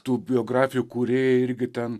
tų biografijų kūrėjai irgi ten